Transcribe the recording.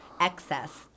excess